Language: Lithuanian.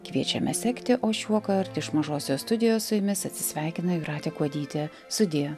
kviečiame sekti o šiuokart iš mažosios studijos su jumis atsisveikina jūratė kuodytė sudie